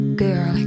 girl